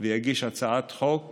ויגיש הצעת חוק